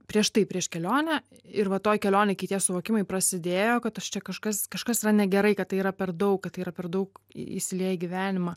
prieš tai prieš kelionę ir va toj kelionėj kai tie suvokimai prasidėjo kad aš čia kažkas kažkas yra negerai kad tai yra per daug kad tai yra per daug įsilieję į gyvenimą